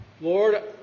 Lord